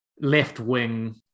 left-wing